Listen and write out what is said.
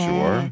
Sure